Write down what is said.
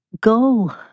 go